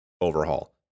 overhaul